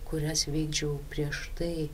kurias vykdžiau prieš tai